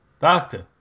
Doctor